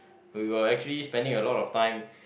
we were actually spending a lot of time